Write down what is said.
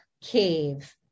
cave